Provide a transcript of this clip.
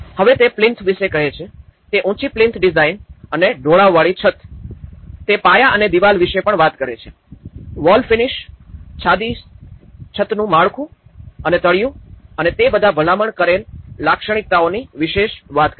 હવે તે પ્લીન્થ વિશે કહે છે તે ઉંચી પિલ્થ ડિઝાઇન અને ઢોળાવવાળી છત તે પાયા અને દિવાલ વિષે પણ વાત કરે છે વૉલફિનિશ સાદિ છતનું માળખું અને તળિયું અને તે બધા ભલામણ કરેલ લાક્ષણિકતાઓ વિશેની વાત કરે છે